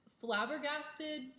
flabbergasted